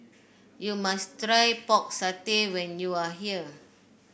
you must try Pork Satay when you are here